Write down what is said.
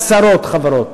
עשרות חברות